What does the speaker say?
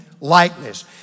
likeness